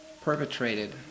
perpetrated